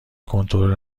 کنترل